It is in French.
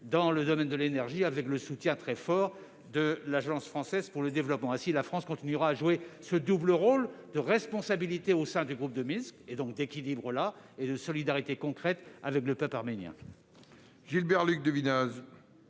connectivité et de l'énergie, avec le soutien de l'Agence française de développement. Ainsi, la France continuera à jouer ce double rôle de responsabilité au sein du groupe de Minsk, et donc d'équilibre, et de solidarité concrète avec le peuple arménien.